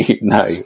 No